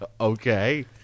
Okay